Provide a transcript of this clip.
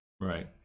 Right